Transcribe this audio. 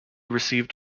received